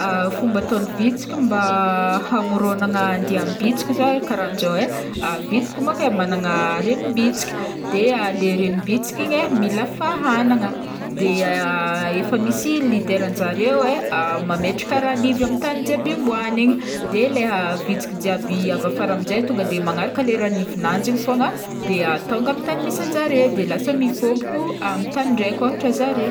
Fomba ataon'ny vitsiky mba hamôrognana andiam-bitsiky zay karaha njao e, vitsika manko e manana renim-bitsika, de le renim-bitsika igny e mila fahanana, efa misy leaderan-jareo e mametraka ran'ivy amy tany jiaby hiombagny igny de leha vitsiky jiaby avy afara aminjat tonga de manaraka le ran'ivin'anjy igny fogna de tonga amy tany misy anjare, de lasa mifômpoko amy tany ndray koa zare.